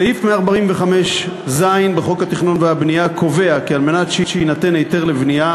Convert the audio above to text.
סעיף 145(ז) בחוק התכנון והבנייה קובע כי על מנת שיינתן היתר לבנייה,